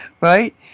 Right